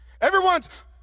everyone's